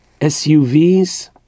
SUVs